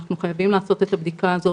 אנחנו חייבים לעשות את הבדיקה הזאת,